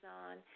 on